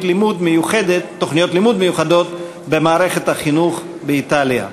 לימוד מיוחדות במערכת החינוך באיטליה.